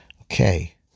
Okay